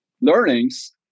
learnings